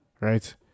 right